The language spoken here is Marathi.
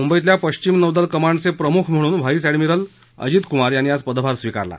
मुंबईतल्या पश्चिम नौदल कमांडचे प्रमुख म्हणून व्हाईस अद्यमिरल अजित कुमार यांनी आज पदभार स्विकारला